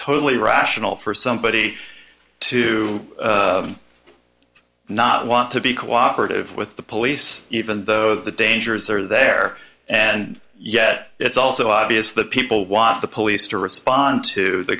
totally rational for somebody to not want to be cooperative with the police even though the dangers are there and yet it's also obvious that people want the police to respond to the